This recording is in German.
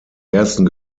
ersten